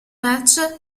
match